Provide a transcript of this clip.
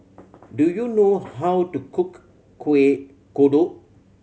do you know how to cook Kueh Kodok